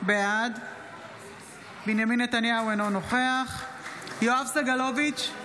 בעד בנימין נתניהו, אינו נוכח יואב סגלוביץ'